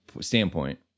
standpoint